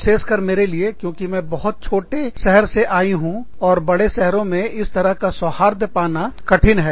विशेष कर मेरे लिए क्योंकि मैं बहुत छोटे शहर से आयी हूँ और बड़े शहरों में इस तरह का सौहार्द पाना कठिन है